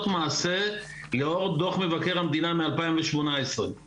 מעשה לאור דוח מבקר המדינה מ-2018.